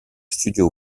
studio